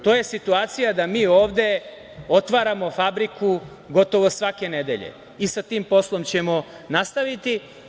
To je situacija da mi ovde otvaramo fabriku gotovo svake nedelje i sa tim poslom ćemo nastaviti.